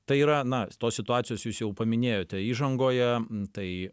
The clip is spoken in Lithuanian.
tai yra na tos situacijos jūs jau paminėjote įžangoje tai